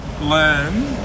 learn